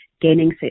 gaining